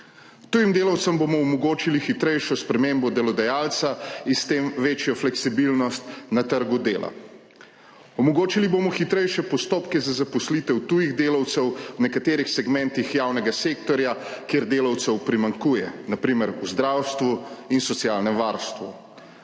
Tujim delavcem bomo omogočili hitrejšo spremembo delodajalca in s tem večjo fleksibilnost na trgu dela. Omogočili bomo hitrejše postopke za zaposlitev tujih delavcev v nekaterih segmentih javnega sektorja, kjer delavcev primanjkuje, na primer v zdravstvu in socialnem varstvu.